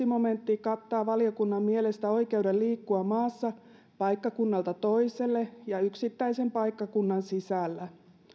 momentti kattaa valiokunnan mielestä oikeuden liikkua maassa paikkakunnalta toiselle ja yksittäisen paikkakunnan sisällä